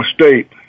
State